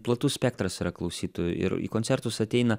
platus spektras yra klausytojų ir į koncertus ateina